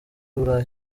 burayi